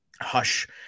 Hush